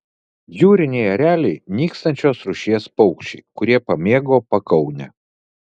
jūriniai ereliai nykstančios rūšies paukščiai kurie pamėgo pakaunę